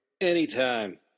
Anytime